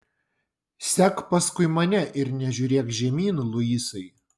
sek paskui mane ir nežiūrėk žemyn luisai